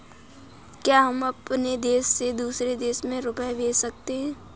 क्या हम अपने देश से दूसरे देश में रुपये भेज सकते हैं?